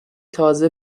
تازه